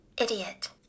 Idiot